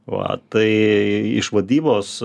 va tai iš vadybos